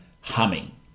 humming